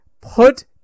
put